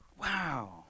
Wow